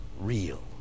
real